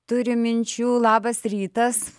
turi minčių labas rytas